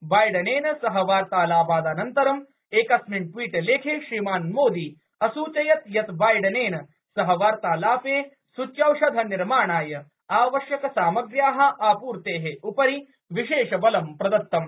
बाइडेनेन सह वार्तालापाद् अनन्तरं एकस्मिन् ट्वीटलेखे श्रीमान् मोदी असूचयत् यत् बाइडेनेन सह वार्तालापे सूच्यौषधनिर्माणाय आवश्यकसामग्र्याः आपूर्तेः उपरि विशेषबलं प्रदत्तम